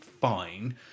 fine